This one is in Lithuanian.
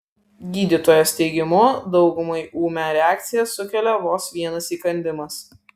gydytojos teigimu daugumai ūmią reakciją sukelia vos vienas įkandimas